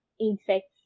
insects